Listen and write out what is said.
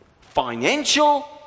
financial